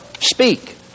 speak